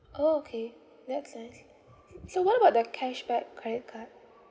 orh okay that's nice so what about the cashback credit card